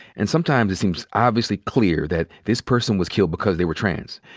and sometimes it seems obviously clear that this person was killed because they were trans.